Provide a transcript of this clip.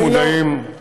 אנחנו מודעים לבעיה.